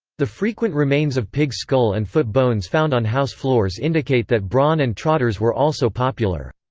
the frequent remains of pig skull and foot bones found on house floors indicate that brawn and trotters were also popular.